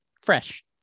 fresh